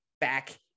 back